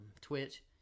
Twitch